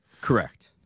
Correct